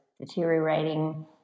deteriorating